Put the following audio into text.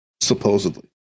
supposedly